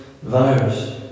virus